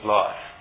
life